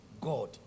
God